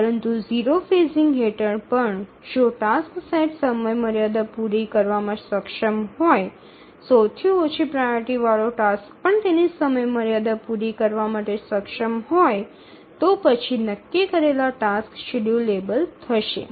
પરંતુ 0 ફેઝિંગ હેઠળ પણ જો ટાસક્સ સેટ સમયમર્યાદા પૂરી કરવામાં સક્ષમ હોય સૌથી ઓછી પ્રાઓરિટી વાળો ટાસક્સ પણ તેની સમયમર્યાદા પૂરી કરવા માટે સક્ષમ હોય તો પછી નક્કી કરેલા ટાસક્સ શેડ્યૂલેબલ થશે